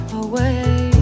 away